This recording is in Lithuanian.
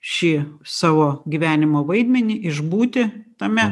šį savo gyvenimo vaidmenį išbūti tame